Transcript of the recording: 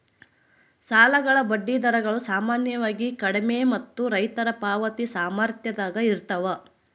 ಸಾಲಗಳ ಬಡ್ಡಿ ದರಗಳು ಸಾಮಾನ್ಯವಾಗಿ ಕಡಿಮೆ ಮತ್ತು ರೈತರ ಪಾವತಿ ಸಾಮರ್ಥ್ಯದಾಗ ಇರ್ತವ